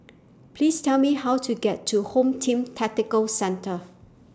Please Tell Me How to get to Home Team Tactical Centre